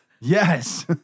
Yes